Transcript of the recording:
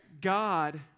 God